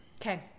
Okay